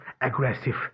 aggressive